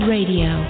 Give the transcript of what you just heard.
Radio